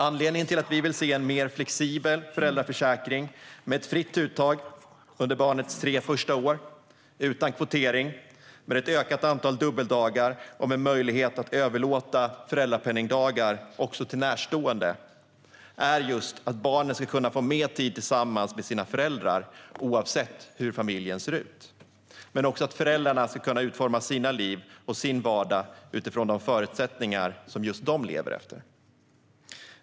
Anledningen till att vi vill se en mer flexibel föräldraförsäkring med ett fritt uttag under barnets tre första år, utan kvotering, med ett ökat antal dubbeldagar och med möjlighet att överlåta föräldrapenningdagar till närstående är just att barnen ska kunna få mer tid tillsammans med sina föräldrar oavsett hur familjen ser ut. Föräldrarna ska också kunna utforma sina liv och sin vardag utifrån de förutsättningar som just de lever efter.